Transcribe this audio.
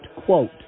quote